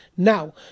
Now